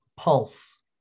Pulse